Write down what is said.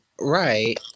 Right